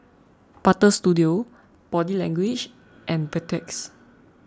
Butter Studio Body Language and Beautex